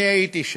אני הייתי שם.